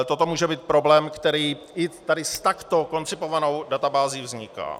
Toto může být problém, který i s takto koncipovanou databází vzniká.